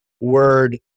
word